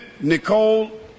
Nicole